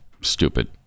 stupid